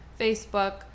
facebook